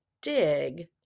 dig